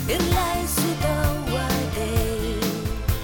ir leisiu tau ateit